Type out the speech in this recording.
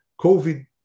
COVID